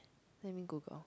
let me Google